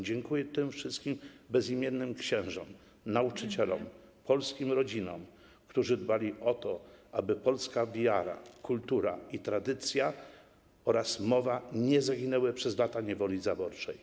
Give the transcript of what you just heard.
Dziękuję wszystkim bezimiennym księżom, nauczycielom, polskim rodzinom, wszystkim, którzy dbali o to, aby polska wiara, kultura, tradycja oraz mowa nie zginęły przez lata niewoli zaborczej.